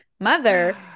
mother